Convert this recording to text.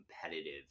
competitive